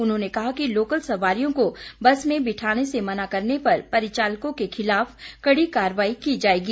उन्होंने कहा कि लोकल सवारियों को बस में बिठाने से मना करने पर परिचालकों के खिलाफ कड़ी कार्रवाई की जाएगी